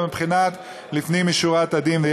צריך להיות נציב פניות הציבור בלשכת המנכ"ל שעונה